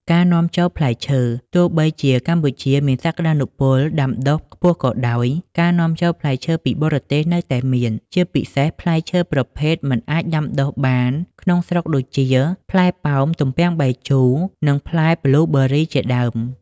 ការនាំចូលផ្លែឈើទោះបីជាកម្ពុជាមានសក្តានុពលដាំដុះខ្ពស់ក៏ដោយ ការនាំចូលផ្លែឈើពីបរទេសនៅតែមាន ជាពិសេសផ្លែឈើប្រភេទមិនអាចដាំដុះបានក្នុងស្រុកដូចជា ផ្លែប៉ោម ទំពាំងបាយជូ និង ផ្លែប៊្លូប៊ឺរី ជាដើម។